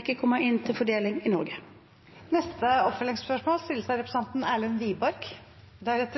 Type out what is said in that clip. ikke kommer inn til fordeling i Norge. Erlend Wiborg – til